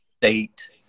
state